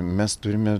mes turime